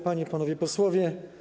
Panie i Panowie Posłowie!